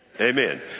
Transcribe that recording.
Amen